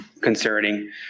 concerning